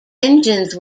engines